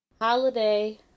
holiday